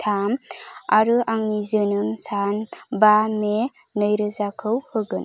थाम आरो आंनि जोनोम सान बा मे नैरोजाखौ होगोन